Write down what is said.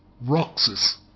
Roxas